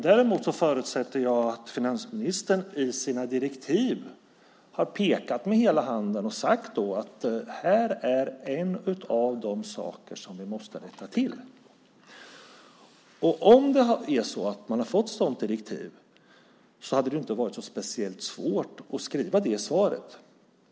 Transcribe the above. Däremot förutsätter jag att finansministern i sina direktiv har pekat med hela handen och sagt att det här är en av de saker som vi måste rätta till. Om man fått ett sådant direktiv hade det inte varit speciellt svårt att skriva det i svaret.